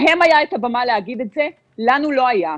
להם היה את הבמה להגיד את זה, לנו לא היה.